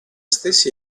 stessi